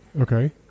Okay